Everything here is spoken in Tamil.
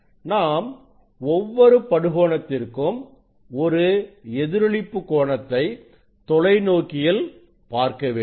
நாம் ஒவ்வொரு படு கோணத்திற்கும் ஒரு எதிரொளிப்பு கோணத்தை தொலைநோக்கியில் பார்க்க வேண்டும்